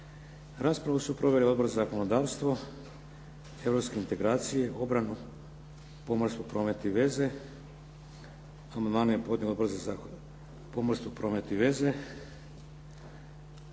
Raspravu su proveli Odbor za zakonodavstvo, europske integracije, obranu, pomorstvo, promet i veze.